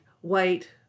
white